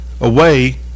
away